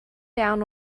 down